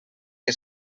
que